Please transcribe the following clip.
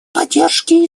поддержке